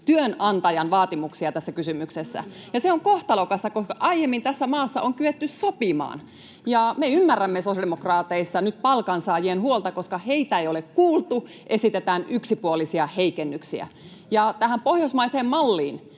työnantajan vaatimuksia tässä kysymyksessä. Se on kohtalokasta, koska aiemmin tässä maassa on kyetty sopimaan. Me ymmärrämme sosiaalidemokraateissa nyt palkansaajien huolta, koska heitä ei ole kuultu ja esitetään yksipuolisia heikennyksiä. Ja tähän pohjoismaiseen malliin,